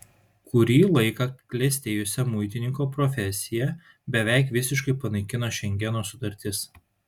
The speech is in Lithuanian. kurį laiką klestėjusią muitininko profesiją beveik visiškai panaikino šengeno sutartis